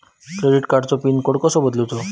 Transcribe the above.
Credit कार्डची pin code कसो बदलुचा?